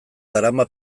darama